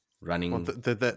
running